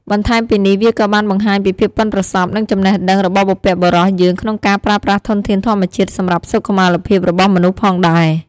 បន្ថែមពីនេះវាក៏បានបង្ហាញពីភាពប៉ិនប្រសប់ និងចំណេះដឹងរបស់បុព្វបុរសយើងក្នុងការប្រើប្រាស់ធនធានធម្មជាតិសម្រាប់សុខុមាលភាពរបស់មនុស្សផងដែរ។